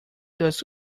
does